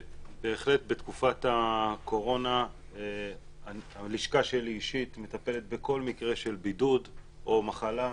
בהחלט בתקופת הקורונה הלשכה שלי אישית מטפלת בכל מקרה של בידוד או מחלה.